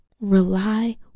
rely